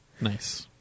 Nice